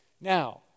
Now